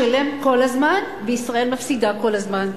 אתה משלם כל הזמן, וישראל מפסידה כל הזמן.